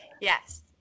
Yes